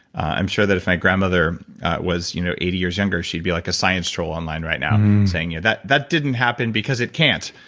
i'm sure that if my grandmother was you know eighty years younger, she'd be like a science troll online right now saying, yeah that that didn't happen because it can't.